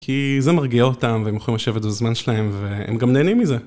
כי זה מרגיע אותם, והם יכולים לשבת בזמן שלהם, והם גם נהנים מזה.